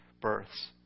births